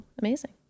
amazing